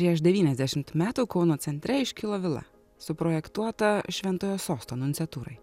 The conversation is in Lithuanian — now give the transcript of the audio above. prieš devyniasdešimt metų kauno centre iškilo vila suprojektuota šventojo sosto nunciatūrai